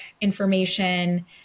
information